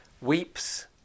Weeps